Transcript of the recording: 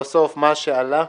בסוף מה שעלה,